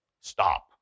stop